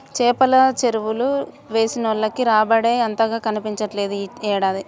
చేపల చెరువులు వేసినోళ్లకి రాబడేమీ అంతగా కనిపించట్లేదు యీ ఏడాది